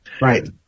Right